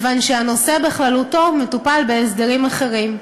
כיוון שהנושא בכללותו מטופל בהסדרים אחרים.